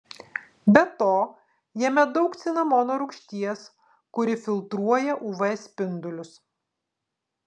be to jame daug cinamono rūgšties kuri filtruoja uv spindulius